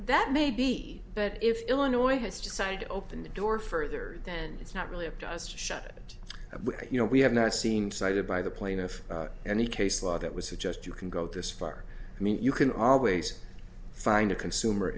that may be but if illinois has decided to open the door further then it's not really up to us to shut it and you know we have not seen cited by the plaintiff any case law that was suggest you can go this far i mean you can always find a consumer